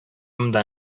монда